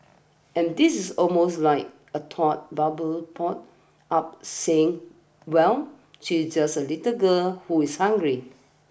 and this is almost like a thought bubble pops up saying well she's just a little girl who is hungry